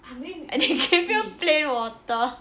if they give you plain water